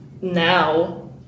now